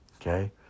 Okay